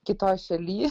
kitoj šaly